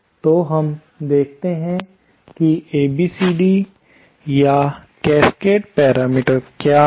तो हम देखते हैं कि ABCD या कैस्केड पैरामीटर क्या हैं